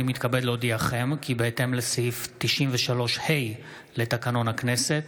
אני מתכבד להודיעכם כי בהתאם לסעיף 93(ה) לתקנון הכנסת,